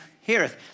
heareth